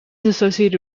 associated